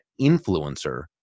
influencer